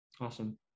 awesome